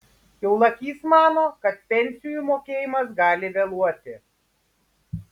kiaulakys mano kad pensijų mokėjimas gali vėluoti